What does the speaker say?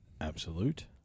absolute